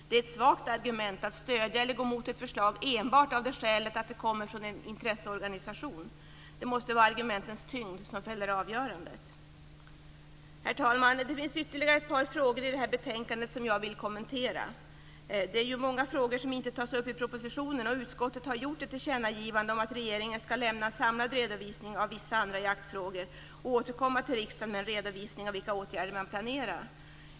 Det är ett svagt argument att stödja eller gå emot ett förslag enbart för att det kommer från en intresseorganisation. Det måste vara argumentens tyngd som fäller avgörandet. Herr talman! Det finns ytterligare ett par frågor i detta betänkande som jag vill kommentera. Det är många frågor som inte tas upp i propositionen, och utskottet har gjort ett tillkännagivande om att regeringen ska lämna en samlad redovisning av vissa andra jaktfrågor och återkomma till riksdagen med en redovisning av vilka åtgärder man planerar.